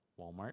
Walmart